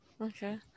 Okay